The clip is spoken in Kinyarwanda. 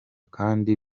kandi